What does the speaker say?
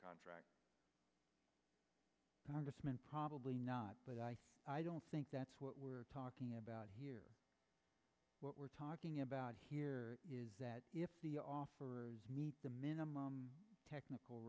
contract probably not but i don't think that's what we're talking about here what we're talking about here is that if the offer is meet the minimum technical